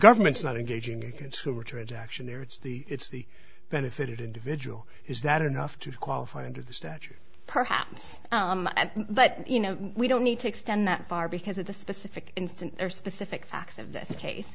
government's not engaging a consumer transaction there it's the it's the benefit individual is that enough to qualify under the statute perhaps but you know we don't need to extend that far because of the specific instance or specific facts of this case